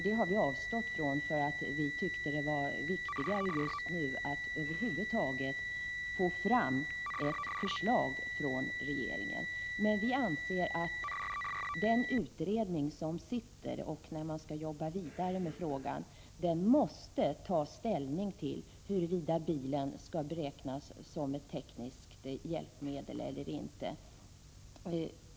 Vi ansåg att det just nu var viktigare att över huvud taget få fram ett förslag från regeringen. Men vi anser att den pågående utredningen, som skall arbeta vidare med frågan, måste ta ställning till huruvida bilen skall räknas som ett tekniskt hjälpmedel eller inte.